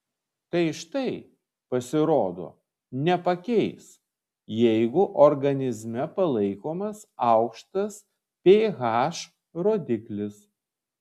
tai štai pasirodo nepakeis jeigu organizme palaikomas aukštas ph rodiklis